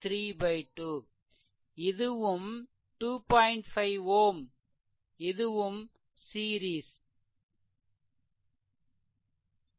5 Ω ம் சீரிஸ் 2